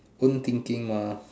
own thinking mah